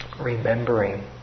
Remembering